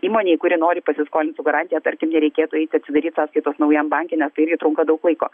įmonei kuri nori pasiskolint su garantija tarkim nereikėtų eiti atsidaryt sąskaitos naujam banke nes tai irgi trunka daug laiko